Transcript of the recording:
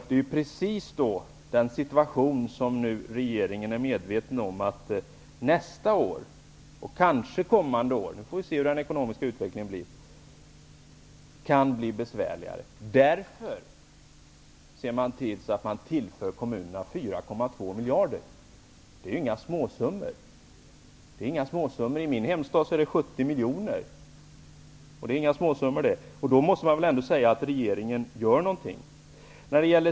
Det är precis den situationen som regeringen är medveten om, nämligen att nästa och kanske fler kommande år kan komma att bli besvärliga. Därför tillför man kommunerna 4,2 miljarder kronor. Det är ju inga småsummor. För min hemort blir det 70 miljoner kronor. Det är verkligen inga småsummor. Man måste väl då säga att regeringen gör någonting.